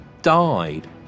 died